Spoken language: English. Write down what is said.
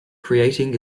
creating